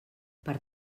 per